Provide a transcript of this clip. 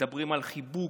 מדברים על חיבוק,